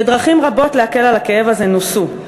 ודרכים רבות להקל על הכאב הזה נוסו.